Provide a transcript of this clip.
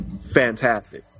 fantastic